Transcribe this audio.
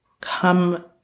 come